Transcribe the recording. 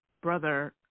brother